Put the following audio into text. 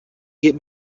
get